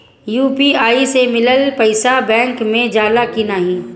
UPI से मिलल पईसा बैंक मे जाला की नाहीं?